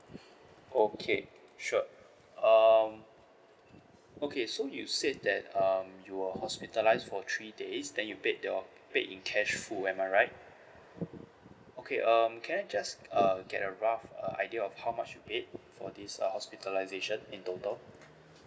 okay sure um okay so you said that um you're hospitalised for three days then you paid your paid in cash full am I right okay um can I just uh get a rough uh idea of how much you paid for this uh hospitalisation in total